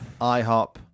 IHOP